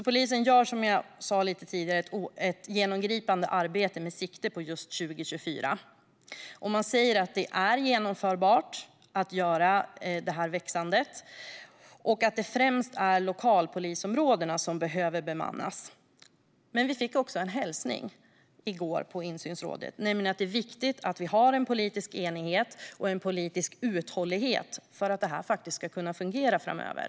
Polisen gör, som jag sa tidigare, ett genomgripande arbete med sikte på just 2024. Man säger att det är genomförbart för myndigheten att växa, och det är främst lokalpolisområdena som behöver bemannas. Men vi fick också en hälsning i går på mötet i insynsrådet, nämligen att det är viktigt med politisk enighet och en politisk uthållighet för att arbetet ska fungera framöver.